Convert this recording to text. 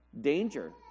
danger